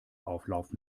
auflauf